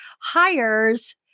hires